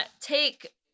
take